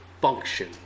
function